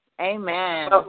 Amen